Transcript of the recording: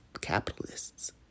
capitalists